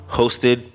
hosted